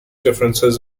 differences